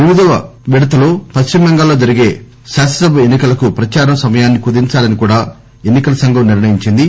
ఎనిమిదివ విడతలో పశ్చిమ బెంగాల్లో జరిగే శాసనసభ ఎన్ని కలకు ప్రచార సమయాన్సి కుదించాలని కూడా కమిషన్ నిర్ణయించింది